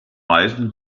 reisen